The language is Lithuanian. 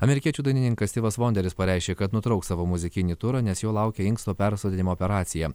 amerikiečių dainininkas stivas vonderis pareiškė kad nutrauks savo muzikinį turą nes jo laukia inksto persodinimo operacija